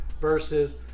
versus